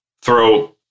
throw